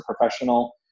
professional